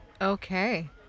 Okay